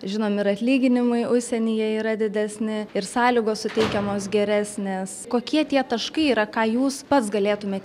žinom ir atlyginimai užsienyje yra didesni ir sąlygos suteikiamos geresnės kokie tie taškai yra ką jūs pats galėtumėt